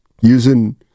using